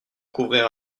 couvrir